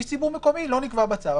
איש ציבור מקומי לא נקבע בצו,